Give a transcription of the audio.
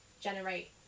generate